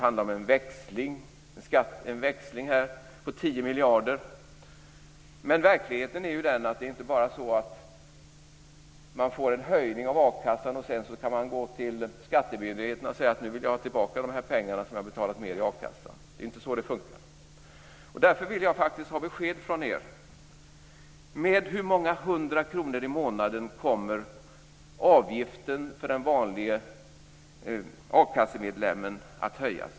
Anne Wibble talade om en växling på 10 miljarder. Men verkligheten är ju inte sådan att man får en höjning av a-kassan och sedan går man till skattemyndigheten och begär att få tillbaka pengarna. Det är inte så det fungerar. Därför vill jag ha besked från er: Med hur många hundra kronor i månaden kommer avgiften för den vanlige a-kassemedlemmen att höjas?